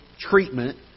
treatment